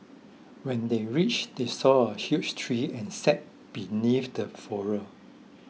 when they reached they saw a huge tree and sat beneath the